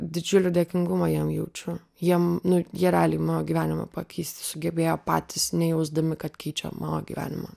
didžiulį dėkingumą jiem jaučiu jiem nu jie realiai mano gyvenimą pakeisti sugebėjo patys nejausdami kad keičia mano gyvenimą